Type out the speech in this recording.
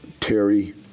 terry